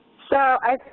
so, i